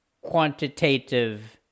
quantitative